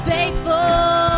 Faithful